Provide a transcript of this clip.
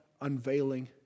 unveiling